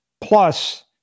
plus